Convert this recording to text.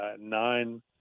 nine